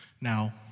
Now